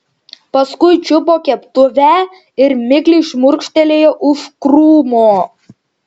paskui čiupo keptuvę ir mikliai šmurkštelėjo už krūmo